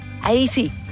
80